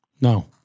No